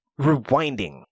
rewinding